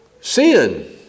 sin